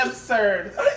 absurd